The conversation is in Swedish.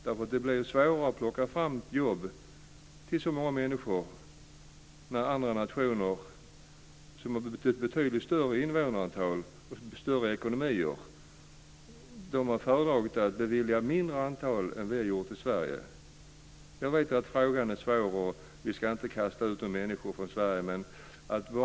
Det blir svårare att plocka fram jobb till så många människor när andra nationer med betydligt större invånarantal och med större ekonomier har föredragit att bevilja ett lägre antal asyler än vad vi har gjort i Sverige. Jag vet att frågan är svår, och vi ska inte kasta ut människor från Sverige.